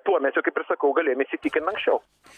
tuo mes jau kaip ir sakau galėjom įsitikint anksčiau